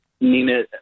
Nina